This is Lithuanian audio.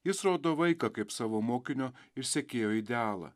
jis rodo vaiką kaip savo mokinio ir sekėjo idealą